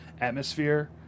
atmosphere